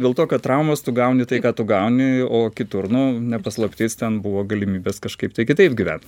dėl to kad traumos tu gauni tai ką tu gauni o kitur nu ne paslaptis ten buvo galimybės kažkaip tai kitaip gyvent